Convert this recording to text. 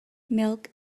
milk